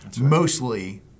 Mostly